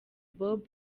bob